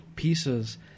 Pieces